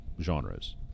genres